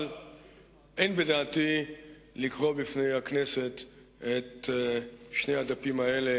אבל אין בדעתי לקרוא בפני הכנסת את שני הדפים האלה